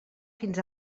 fins